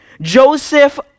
Joseph